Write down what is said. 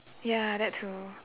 ya that too